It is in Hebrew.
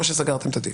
או שסגרתם את התיק.